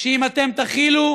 שאם אתם תכילו,